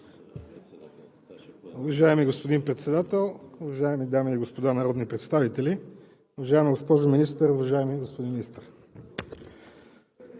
Уважаеми господин Председател, уважаеми дами и господа народни представители, уважаема госпожо Министър, уважаеми господин Министър!